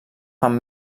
fan